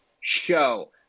show